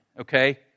okay